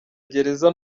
gereza